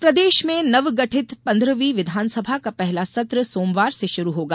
विस सत्र प्रदेश में नवगठित पन्द्रहवीं विधानसभा का पहला सत्र सोमवार से शुरू होगा